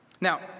Now